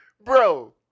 Bro